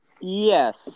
yes